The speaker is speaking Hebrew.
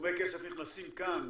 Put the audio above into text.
וסכומי כסף נכנסים כאן